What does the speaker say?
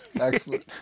Excellent